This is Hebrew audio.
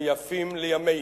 ויפים לימינו.